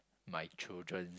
my children